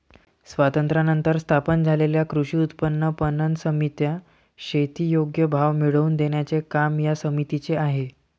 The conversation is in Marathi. स्वातंत्र्यानंतर स्थापन झालेल्या कृषी उत्पन्न पणन समित्या, शेती योग्य भाव मिळवून देण्याचे काम या समितीचे आहे